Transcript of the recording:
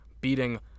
beating